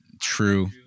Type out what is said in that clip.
true